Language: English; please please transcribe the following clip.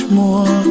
more